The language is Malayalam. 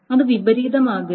അത് വിപരീതമാക്കരുത്